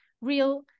real